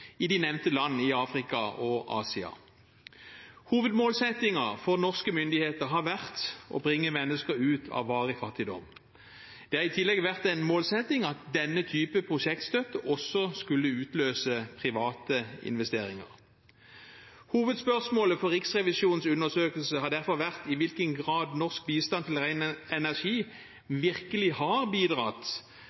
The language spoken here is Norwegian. i de nevnte land i Afrika og Asia. Hovedmålsettingen for norske myndigheter har vært å bringe mennesker ut av varig fattigdom. Det har i tillegg vært en målsetting at denne type prosjektstøtte også skulle utløse private investeringer. Hovedspørsmålet for Riksrevisjonens undersøkelse har derfor vært i hvilken grad norsk bistand til ren energi virkelig har bidratt